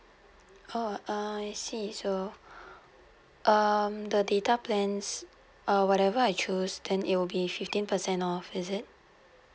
uh I see so um the data plan uh whatever I choose then it will be fifteen percent off is it